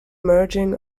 merging